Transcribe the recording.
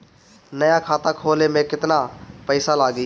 नया खाता खोले मे केतना पईसा लागि?